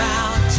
out